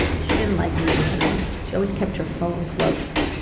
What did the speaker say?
she didn't like leaving alon. she always kept her phone close.